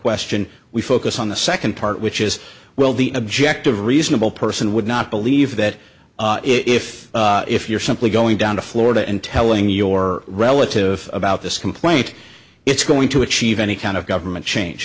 question we focus on the second part which is well the objective reasonable person would not believe that if if you're simply going down to florida and telling your relative about this complaint it's going to achieve any kind of government change